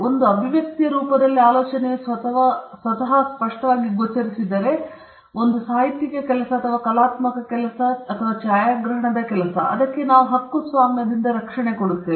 ಒಂದು ಅಭಿವ್ಯಕ್ತಿಯ ರೂಪದಲ್ಲಿ ಆಲೋಚನೆಯು ಸ್ವತಃ ಸ್ಪಷ್ಟವಾಗಿ ಗೋಚರಿಸಿದರೆ ಒಂದು ಸಾಹಿತ್ಯಿಕ ಕೆಲಸ ಅಥವಾ ಕಲಾತ್ಮಕ ಕೆಲಸ ಅಥವಾ ಛಾಯಾಗ್ರಹಣದ ಕೆಲಸ ನಂತರ ಅದು ಹಕ್ಕುಸ್ವಾಮ್ಯದಿಂದ ರಕ್ಷಿಸಲ್ಪಟ್ಟಿದೆ